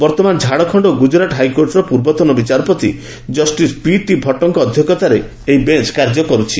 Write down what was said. ବର୍ତ୍ତମାନ ଝାଡଖଣ୍ଡ ଓ ଗୁଜରାଟ ହାଇକୋର୍ଟର ପୂର୍ବତନ ବିଚାରପତି ଜଷ୍ଟିସ ପିଟି ଭଟ୍ଟଙ୍କ ଅଧ୍ୟକ୍ଷତାରେ ଏହି ବେଞ୍ଚ କାର୍ଯ୍ୟ କରୁଛି